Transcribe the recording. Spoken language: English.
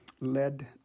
led